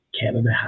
Canada